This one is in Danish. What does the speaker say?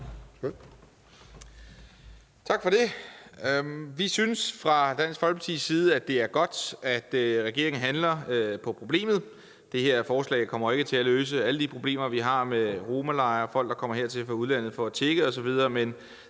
Tak for det. Vi synes i Dansk Folkeparti, at det er godt, at regeringen handler på problemet. Det her forslag kommer jo ikke til at løse alle de problemer, vi har, med romalejre og folk, der kommer hertil fra udlandet for at tigge, osv., men